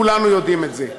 כולנו יודעים את זה.